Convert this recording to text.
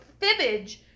Fibbage